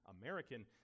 American